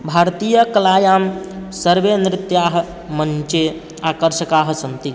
भारतीयकलायां सर्वे नृत्याः मञ्चे आकर्षकाः सन्ति